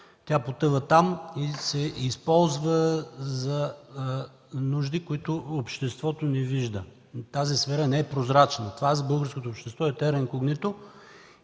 Тя потъва там и се използва за нужди, които обществото не вижда. Тази сфера не е прозрачна. Това за българското общество е тера инкогнита.